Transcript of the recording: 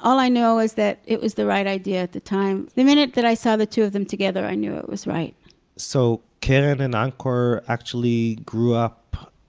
all i know is that it was the right idea at the time. the minute that i saw the two of them together, i knew it was right so, keren and angkor actually grew up,